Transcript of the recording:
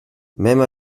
même